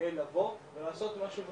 כדי לבוא ולעשות משהו,